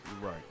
right